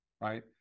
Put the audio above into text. Right